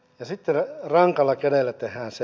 ja sitten rankalla kädellä tehdään se